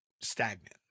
stagnant